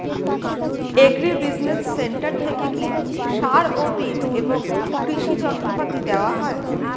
Agri business centre থেকে কি সার ও বিজ এবং কৃষি যন্ত্র পাতি দেওয়া হয়?